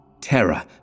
Terror